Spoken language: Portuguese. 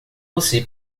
você